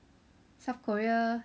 South Korea